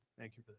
thank you, but